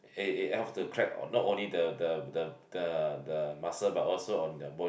it it helps to crack not only the the the the the muscle but also on your bone